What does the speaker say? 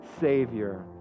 Savior